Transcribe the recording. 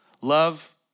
Love